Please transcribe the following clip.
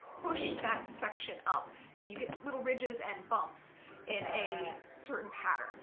push that section up and you get little ridges and bumps in a certain pattern.